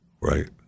Right